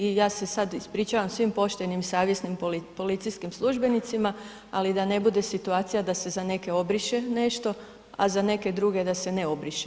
I ja se sad ispričavam svim poštenim i savjesnim policijskim službenicima, ali da ne bude situacija da se za neke obriše nešto, a za neke druge da se ne obriše.